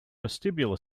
vestibular